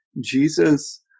Jesus